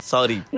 Sorry